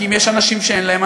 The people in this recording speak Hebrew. כי אם יש אנשים שאין להם,